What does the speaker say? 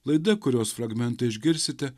laida kurios fragmentą išgirsite